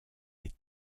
est